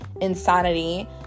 insanity